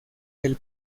del